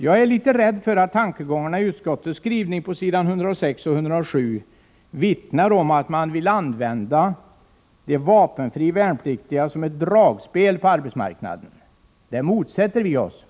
Jag är emellertid rädd för att tankegångarna i utskottets skrivning på s. 106-107 vittnar om att man vill använda de vapenfria värnpliktiga som ett dragspel på arbetsmarknaden, och det motsätter vi oss.